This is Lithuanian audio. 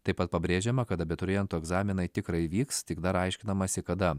taip pat pabrėžiama kad abiturientų egzaminai tikrai įvyks tik dar aiškinamasi kada